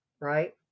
right